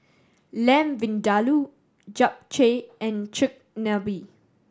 Lamb Vindaloo Japchae and Chigenabe